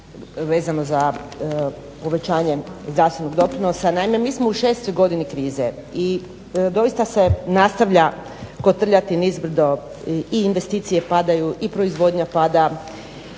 vezano za povećanje zdravstvenog doprinosa. Naime, mi smo u šestoj godini krize i doista se nastavlja kotrljati nizbrdo i investicije padaju i proizvodnja pada,